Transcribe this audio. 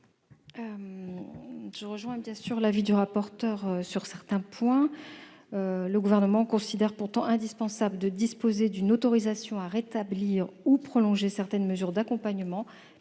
Je rejoins bien sûr l'avis du rapporteur sur certains points. Le Gouvernement considère indispensable de disposer d'une autorisation pour rétablir ou prolonger certaines mesures d'accompagnement